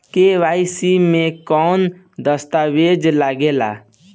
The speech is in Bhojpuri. के.वाइ.सी मे कौन दश्तावेज लागेला?